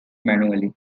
manually